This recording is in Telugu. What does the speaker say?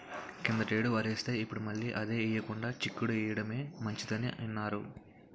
కిందటేడు వరేస్తే, ఇప్పుడు మళ్ళీ అదే ఎయ్యకుండా చిక్కుడు ఎయ్యడమే మంచిదని ఇన్నాను